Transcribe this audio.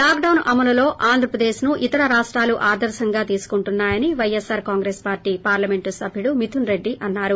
lockdown అమలులో ఆంధ్రప్రదేశ్ను ఇతర రాష్టాలు ఆదర్రంగా తీసుకుంటున్నా యని ప్రైస్పార్ కాంగ్రెస్ పార్లీ పార్లమెంట్ సభ్యుడు మిథున్ రెడ్డి అన్నారు